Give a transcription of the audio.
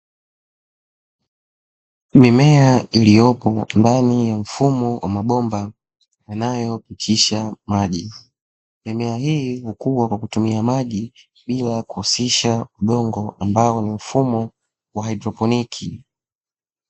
Mimea iliyopo ndani ya mfumo wa mabomba yanayopitisha maji, mimea hii ukua kwa kutumia maji bila kuhusisha udongo ambao ni mfumo wa haidroponi.